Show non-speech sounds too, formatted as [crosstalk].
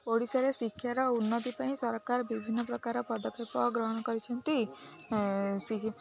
ଓଡ଼ିଶାରେ ଶିକ୍ଷାର ଉନ୍ନତି ପାଇଁ ସରକାର ବିଭିନ୍ନ ପ୍ରକାର ପଦକ୍ଷେପ ଗ୍ରହଣ କରିଛନ୍ତି [unintelligible]